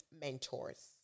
mentors